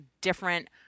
different